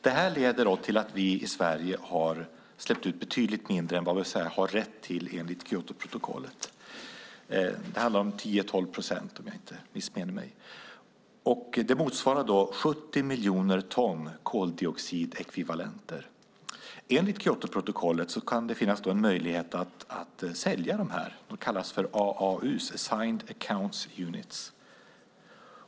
Detta har lett till att vi i Sverige har släppt ut betydligt mindre än vad vi så att säga har rätt att göra enligt Kyotoprotokollet. Om jag inte missminner mig handlar det om 10-12 procent. Det motsvarar 70 miljoner ton koldioxidekvivalenter. Enligt Kyotoprotokollet finns det en möjlighet att sälja dessa. De kallas för AAU, assigned account units.